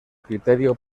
criterio